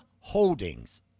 Holdings